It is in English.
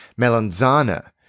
Melanzana